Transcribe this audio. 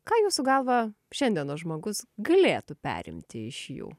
ką jūsų galva šiandienos žmogus galėtų perimti iš jų